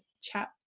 chat